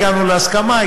הגענו להסכמה,